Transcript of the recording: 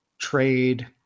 trade